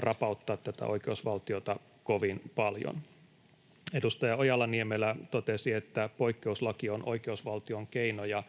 rapauttaa tätä oikeusvaltiota kovin paljon. Edustaja Ojala-Niemelä totesi, että poikkeuslaki on oikeusvaltion keinoja.